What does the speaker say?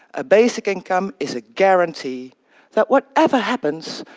a basic income is a guarantee that whatever happens,